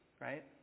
right